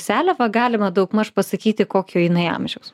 seliavą galima daugmaž pasakyti kokio jinai amžiaus